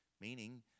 Meaning